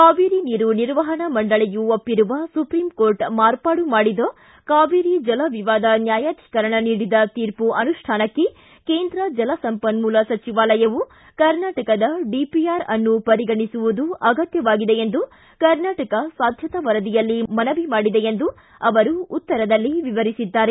ಕಾವೇರಿ ನೀರು ನಿರ್ವಹಣಾ ಮಂಡಳಿಯು ಒಪ್ಪಿರುವ ಸುಪ್ರೀಂ ಕೋರ್ಟ್ ಮಾರ್ಪಾಡು ಮಾಡಿದ ಕಾವೇರಿ ಜಲವಿವಾದ ನ್ಯಾಯಾಧಿಕರಣ ನೀಡಿದ ತೀರ್ಪು ಅನುಷ್ಠಾನಕ್ಕೆ ಕೇಂದ್ರ ಜಲ ಸಂಪನ್ಮೂಲ ಸಚಿವಾಲಯು ಕರ್ನಾಟಕದ ಡಿಪಿಆರ್ ಅನ್ನು ಪರಿಗಣಿಸುವುದು ಅಗತ್ಥವಾಗಿದೆ ಎಂದು ಕರ್ನಾಟಕ ಸಾಧ್ಯತಾ ವರದಿಯಲ್ಲಿ ಮನವಿ ಮಾಡಿದೆ ಎಂದು ಅವರು ಉತ್ತರದಲ್ಲಿ ವಿವರಿಸಿದ್ದಾರೆ